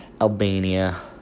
Albania